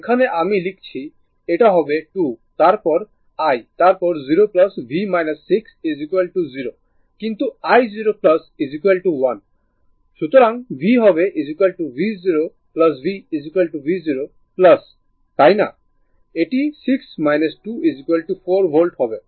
এখানে আমি লিখছি এটা হবে 2 তারপর i তারপর 0 v 6 0 কিন্তু i0 1 সুতরাং v হবে v0 v v0 তাই না এটি 6 2 4 ভোল্ট হবে